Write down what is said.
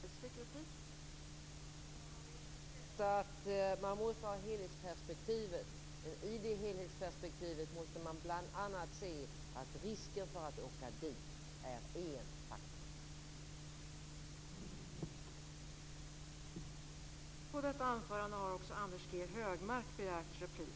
Fru talman! Det är helt rätt att man måste ha helhetsperspektivet. I det helhetsperspektivet måste man bl.a. se att risken för att åka dit är en faktor.